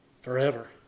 Forever